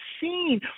seen